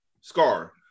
Scar